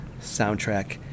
soundtrack